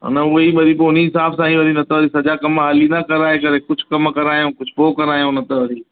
न उहा ई वरी पोइ उन हिसाब सां ई वरी न त वरी सॼा कम हाली न कराए करे कुझु कम करायां कुझु पोइ करायऊं न त वरी